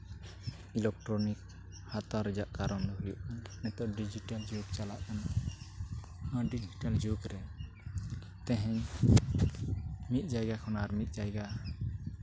electronic ᱦᱟᱛᱟᱣ ᱨᱮᱭᱟᱜ ᱠᱟᱨᱚᱱ ᱫᱚ ᱦᱩᱭᱩᱜ ᱠᱟᱱᱟ ᱱᱤᱛᱚᱜ ᱰᱤᱡᱤᱴᱟᱞ ᱡᱩᱜᱽ ᱪᱟᱞᱟᱜ ᱠᱟᱱᱟ ᱚᱱᱟ ᱰᱤᱡᱤᱴᱟᱞ ᱡᱩᱜᱽ ᱨᱮ ᱛᱮᱦᱤᱧ ᱢᱤᱫ ᱡᱟᱭᱜᱟ ᱠᱷᱚᱱ ᱟᱨ ᱢᱤᱫ ᱡᱟᱭᱜᱟ